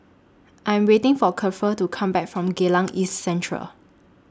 I'm waiting For Kiefer to Come Back from Geylang East Central